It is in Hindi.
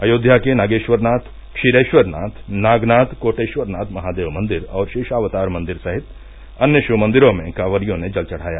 अयोध्या के नागेश्वर नाथ क्षीरेश्वरनाथ कोटेश्वरनाथ महादेव मंदिर और शेषावतार मंदिर सहित अन्य शिव मंदिरों में कांवरियों ने जल चढ़ाया